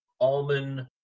almond